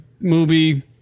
movie